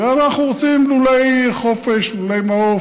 ואנחנו רוצים לולי חופש, לולי מעוף.